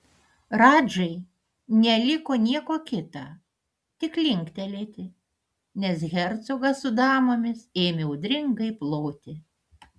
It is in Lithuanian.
radžai neliko nieko kita tik linktelėti nes hercogas su damomis ėmė audringai ploti